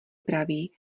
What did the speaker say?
praví